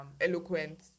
eloquent